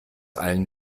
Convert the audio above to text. allen